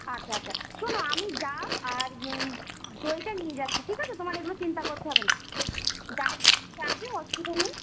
আচ্ছা আচ্ছা শোনো আমি ডাব আর দইটা নিয়ে যাচ্ছি ঠিক আছে তোমার এগুলো চিন্তা করতে হবে না ডাবটা আছে অসুবিধা নেই